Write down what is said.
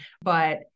But-